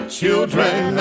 children